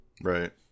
Right